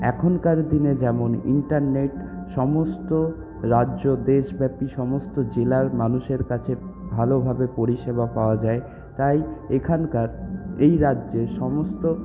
এখনকার দিনে যেমন ইন্টারনেট সমস্ত রাজ্য দেশ বাকি সমস্ত জেলার মানুষের কাছে ভালোভাবে পরিষেবা পাওয়া যায় তাই এখানকার এই রাজ্যে সমস্ত